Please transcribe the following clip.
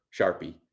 Sharpie